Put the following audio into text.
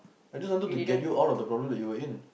I just wanted to get you out of the problem that you were in